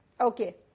Okay